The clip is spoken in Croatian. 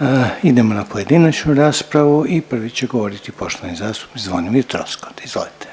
**Reiner, Željko (HDZ)** Idemo na pojedinačnu raspravu i prvi će govoriti poštovani zastupnik Zvonimir Troskot, izvolite.